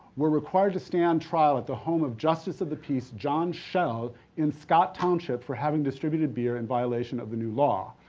were required to stand trial at the home of justice of the peace, john schell in scott township for having distributed beer in violation of the new law.